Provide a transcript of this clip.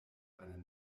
eine